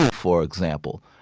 for example,